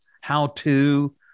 how-to